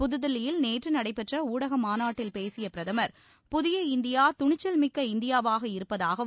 புதுதில்லியில் நேற்று நடைபெற்ற ஊடக மாநாட்டில் பேசிய பிரதமர் புதிய இந்தியா துணிச்சல் மிக்க இந்தியாவாக இருப்பதாகவும்